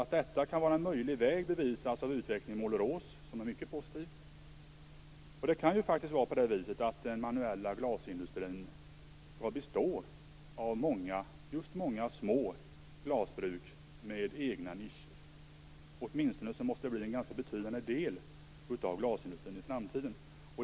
Att detta kan vara en möjlig väg bevisas av utvecklingen i Målerås, som är mycket positiv. Det kan ju faktiskt vara på det viset att den manuella glasindustrin skall bestå av just många små glasbruk med egna nischer. Åtminstone måste det bli en ganska betydande del av glasindustrin i framtiden.